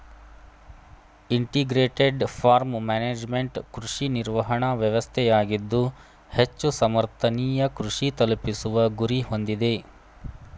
integrated farm management ಕೃಷಿ ನಿರ್ವಹಣಾ ವ್ಯವಸ್ಥೆಯಾಗಿದ್ದು ಹೆಚ್ಚು ಸಮರ್ಥನೀಯ ಕೃಷಿ ತಲುಪಿಸುವ ಗುರಿ ಹೊಂದಿದೆ